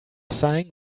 sign